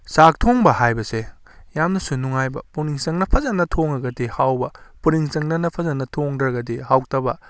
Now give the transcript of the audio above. ꯆꯥꯛ ꯊꯣꯡꯕ ꯍꯥꯏꯕꯁꯦ ꯌꯥꯝꯅꯁꯨ ꯅꯨꯡꯉꯥꯏꯕ ꯄꯨꯛꯅꯤꯡ ꯆꯪꯅ ꯐꯖꯅ ꯊꯣꯡꯉꯒꯗꯤ ꯍꯥꯎꯕ ꯄꯨꯛꯅꯤꯡ ꯆꯪꯗꯅ ꯐꯖꯅ ꯊꯣꯡꯗ꯭ꯔꯒꯗꯤ ꯍꯥꯎꯇꯕ